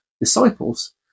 disciples